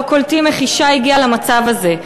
לא קולטים איך אישה הגיעה למצב הזה.